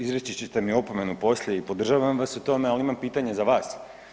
Izreći ćete mi opomenu poslije i podržavam vas u tom ali imam pitanje za vas.